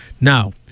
Now